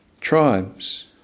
tribes